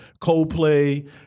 Coldplay